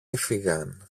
έφυγαν